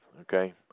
Okay